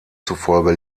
zufolge